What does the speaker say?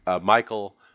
Michael